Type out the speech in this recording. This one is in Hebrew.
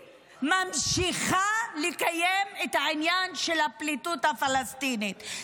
ממשיכה לקיים את העניין של הפליטות הפלסטינית.